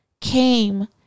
came